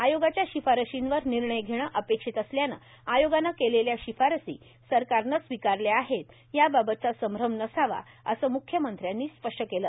आयोगाच्या शिफारशींवर निर्णय घेणं अपेक्षित असल्यानं आयोगानं केलेल्या शिफारसी सरकारनं स्वीकारल्या आहेत याबाबतचा संभ्रम नसावा असं म्ख्यमंत्र्यांनी स्पष्ट केलं